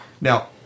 Now